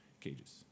cages